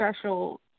special